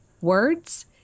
words